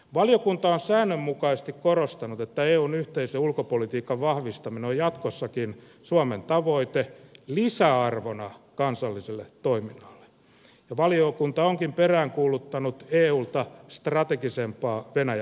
valiokunta on säännönmukaisesti korostanut että eun yhteisen ulkopolitiikan vahvistaminen on jatkossakin suomen tavoite lisäarvona kansalliselle toiminnalle ja valiokunta onkin peräänkuuluttanut eulta strategisempaa venäjä politiikkaa